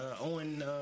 Owen